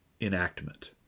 enactment